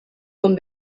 com